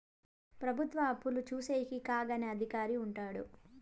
ప్రభుత్వ అప్పులు చూసేకి కాగ్ అనే అధికారి ఉంటాడు